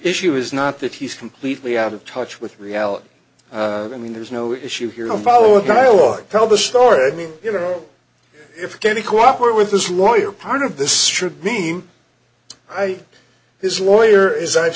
issue is not that he's completely out of touch with reality i mean there's no issue here and follow a dialogue tell the story i mean you know if any cooperate with this lawyer part of this should be i his lawyer is i've